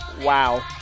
Wow